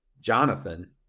Jonathan